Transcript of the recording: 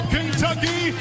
Kentucky